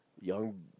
young